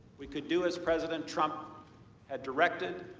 we could do as president trump had directed,